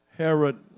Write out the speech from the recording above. Herod